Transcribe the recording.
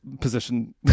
position